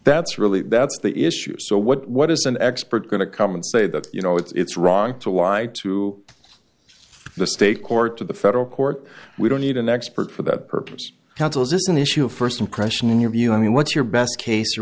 that's really that's the issue so what what is an expert going to come and say that you know it's wrong to lie to the state court to the federal court we don't need an expert for that purpose counsel is this an issue first impression in your view i mean what's your best case or